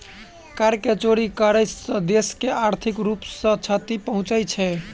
कर के चोरी करै सॅ देश के आर्थिक रूप सॅ क्षति पहुँचे छै